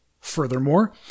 Furthermore